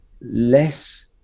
less